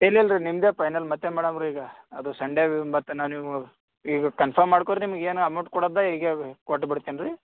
ಇಲ್ಲ ಇಲ್ಲ ರೀ ನಿಮ್ಮದೇ ಫೈನಲ್ ಮತ್ತೆ ಮೇಡಮ್ ರೀ ಈಗ ಅದು ಸಂಡೇ ಮತ್ತೆ ನಾನು ಈಗ ಕನ್ಫರ್ಮ್ ಮಾಡ್ಕೋ ರೀ ನಿಮ್ಗೆ ಏನು ಅಮೌಂಟ್ ಕೊಡೋದ ಈಗ್ಲೇ ಕೊಟ್ಬಿಡ್ತೇನೆ ರೀ